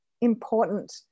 important